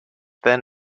then